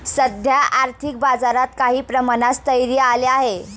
सध्या आर्थिक बाजारात काही प्रमाणात स्थैर्य आले आहे